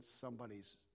somebody's